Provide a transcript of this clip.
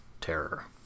terror